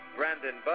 Brandon